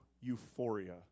euphoria